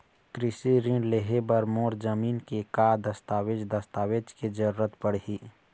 कृषि ऋण लेहे बर मोर जमीन के का दस्तावेज दस्तावेज के जरूरत पड़ही?